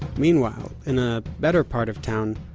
meanwhile, in a better part of town,